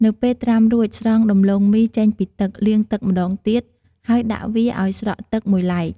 នៅពេលត្រាំរួច ស្រង់ដំឡូងមីចេញពីទឹក លាងទឹកម្ដងទៀត ហើយដាក់វាឱ្យស្រក់ទឹកមួយឡែក។